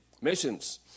missions